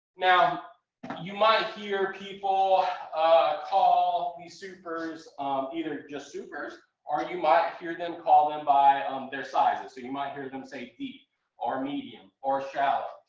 now you might hear people ah call supers either just supers or you might hear them call them by um their sizes. so you might hear them say deep or medium or shallow.